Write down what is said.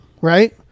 right